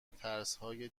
ترسهای